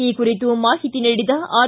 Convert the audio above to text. ಈ ಕುರಿತು ಮಾಹಿತಿ ನೀಡಿದ ಆರ್